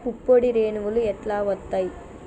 పుప్పొడి రేణువులు ఎట్లా వత్తయ్?